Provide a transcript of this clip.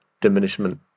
diminishment